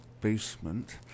basement